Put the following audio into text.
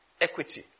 equity